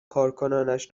کارکنانش